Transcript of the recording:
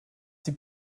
sie